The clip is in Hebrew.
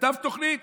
שכתב תוכנית,